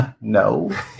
No